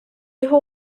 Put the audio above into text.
його